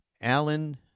Alan